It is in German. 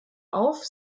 auf